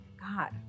God